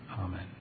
Amen